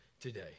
today